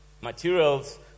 materials